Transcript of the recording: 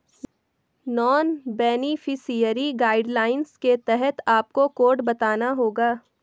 non beneficiary guidelines के तहत आपको कोड बताना होगा